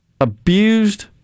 abused